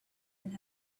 and